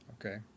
Okay